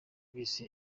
bise